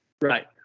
Right